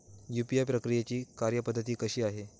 UPI प्रक्रियेची कार्यपद्धती कशी आहे?